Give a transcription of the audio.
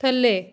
ਥੱਲੇ